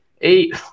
eight